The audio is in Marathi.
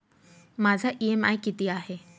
माझा इ.एम.आय किती आहे?